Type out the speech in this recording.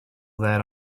that